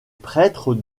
prêtres